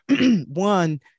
one